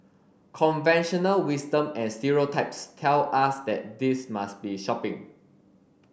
conventional wisdom and stereotypes tell us that this must be shopping